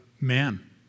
man